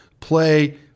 play